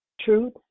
Truth